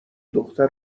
دختر